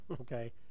Okay